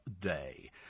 day